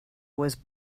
was